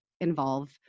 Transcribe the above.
involve